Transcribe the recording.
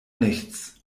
nichts